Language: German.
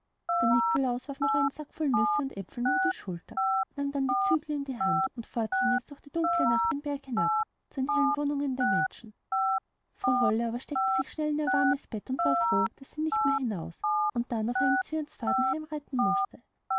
der nikolaus warf noch seinen sack voll nüssen und äpfeln über die schulter nahm dann die zügel in die hand und fort ging es durch die dunkle nacht den berg hinab zu den hellen wohnungen der menschen frau holle aber steckte sich schnell in ihr warmes bett und war froh daß sie nicht mehr hinaus und dann auf einem zwirnsfaden heimreiten mußte